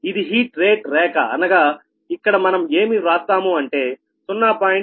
ఇది heat rate రేఖ అనగా ఇక్కడ మనం ఏమి వ్రాస్తాము అంటే 0